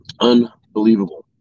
Unbelievable